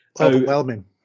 overwhelming